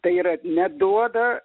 tai yra neduoda